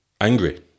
angry